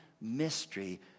mystery